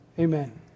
Amen